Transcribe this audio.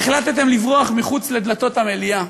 שהחלטתם לברוח מחוץ לדלתות המליאה